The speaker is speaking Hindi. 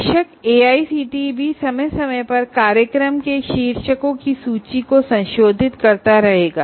बेशक एआईसीटीई भी समय समय पर प्रोग्राम टाइटल्स की सूची को संशोधित करता रहेगा